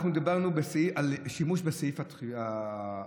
אנחנו דיברנו על שימוש בסעיף הדחיפות.